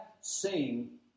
Sing